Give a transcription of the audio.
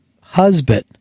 husband